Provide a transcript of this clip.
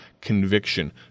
conviction